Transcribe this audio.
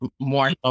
more